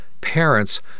parents